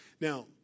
Now